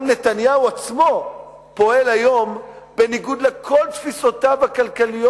גם נתניהו עצמו פועל היום בניגוד לכל תפיסותיו הכלכליות